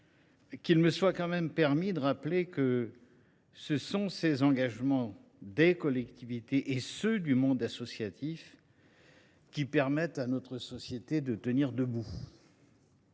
qu’il me soit permis de rappeler que ce sont les initiatives des collectivités et du monde associatif qui permettent à notre société de tenir debout.